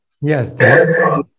Yes